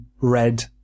red